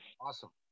Awesome